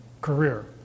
career